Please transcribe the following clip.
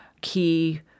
key